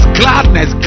gladness